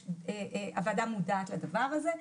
הוועדה מודעת לדבר הזה.